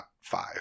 five